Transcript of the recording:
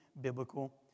biblical